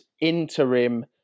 interim